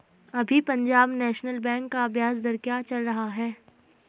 अभी Punjab national bank का ब्याज दर क्या चल रहा है?